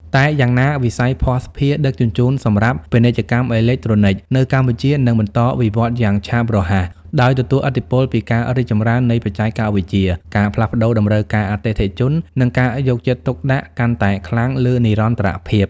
តែយ៉ាងណា វិស័យភស្តុភារដឹកជញ្ជូនសម្រាប់ ពាណិជ្ជកម្មអេឡិចត្រូនិក នៅកម្ពុជានឹងបន្តវិវឌ្ឍន៍យ៉ាងឆាប់រហ័ស ដោយទទួលឥទ្ធិពលពីការរីកចម្រើននៃបច្ចេកវិទ្យា ការផ្លាស់ប្តូរតម្រូវការអតិថិជន និងការយកចិត្តទុកដាក់កាន់តែខ្លាំងលើនិរន្តរភាព។